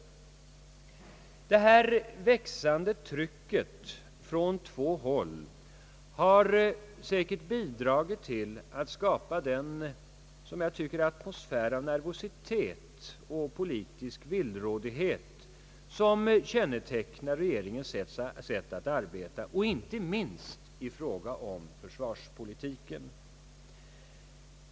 Detta växande tryck från två håll har säkert bidragit till att skapa den, som jag tycker, atmosfär av nervositet och politisk villrådighet, som kännetecknar regeringens sätt att arbeta, inte minst i fråga om försvarspolitiken.